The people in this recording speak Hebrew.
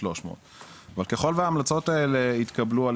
300. אבל ככל וההמלצות האלה יתקבלו על